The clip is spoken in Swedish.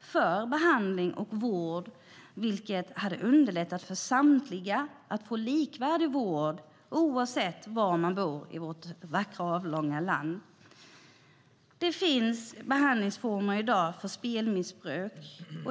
för behandling och vård. Det skulle underlätta för samtliga att få likvärdig vård oavsett var man bor i vårt vackra avlånga land. Det finns behandlingsformer för spelmissbruk i dag.